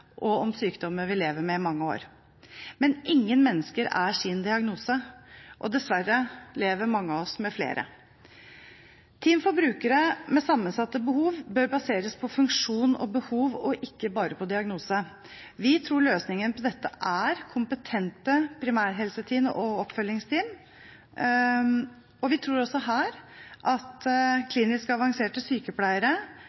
og om sykdommer vi lever med i mange år. Men ingen mennesker er sin diagnose, og dessverre lever mange av oss med flere. Team for brukere med sammensatte behov bør baseres på funksjon og behov, og ikke bare på diagnose. Vi tror løsningen på dette er kompetente primærhelseteam og oppfølgingsteam. Vi tror også her at avanserte kliniske sykepleiere,